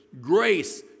grace